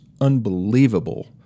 unbelievable